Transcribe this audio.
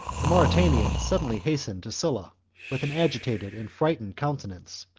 the mauritanian suddenly hastened to sulla with an agitated and frightened countenance,